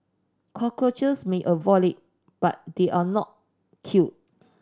cockroaches may avoid it but they are not killed